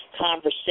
conversation